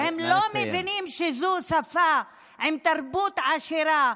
והם לא מבינים שזאת שפה עם תרבות עשירה,